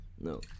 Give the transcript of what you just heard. no